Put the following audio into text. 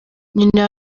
nyina